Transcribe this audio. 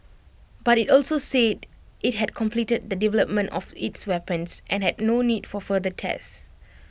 but IT also said IT had completed the development of its weapons and had no need for further tests